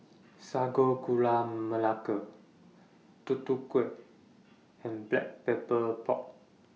Sago Gula Melaka Tutu Kueh and Black Pepper Pork